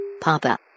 Papa